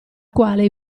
quale